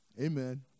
Amen